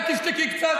אתם מנציחים אותו.